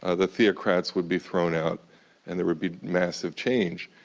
ah the theocrats would be thrown out and there would be massive change.